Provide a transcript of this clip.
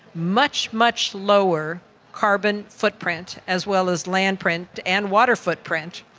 much, much lower carbon footprint as well as land print and water footprint.